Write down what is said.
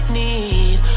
need